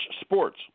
sports